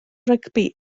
rygbi